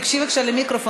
תיגשי בבקשה למיקרופון,